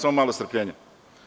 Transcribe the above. Samo malo strpljenja.